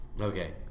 Okay